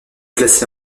classé